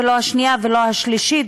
לא השנייה ולא השלישית,